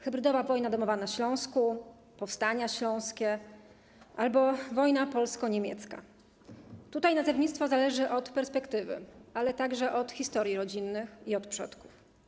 Hybrydowa wojna domowa na Śląsku, powstania śląskie albo wojna polsko-niemiecka - nazewnictwo zależy od perspektywy, ale także od historii rodziny, przodków.